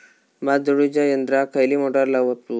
भात झोडूच्या यंत्राक खयली मोटार वापरू?